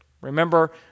Remember